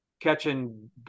catching